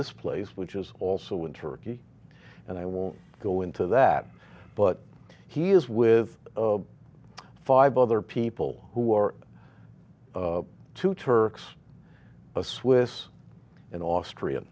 this place which is also in turkey and i won't go into that but he is with five other people who are two turks a swiss and austria